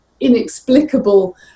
inexplicable